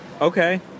Okay